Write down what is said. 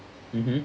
mmhmm